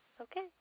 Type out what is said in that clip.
Okay